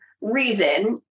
reason